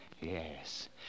Yes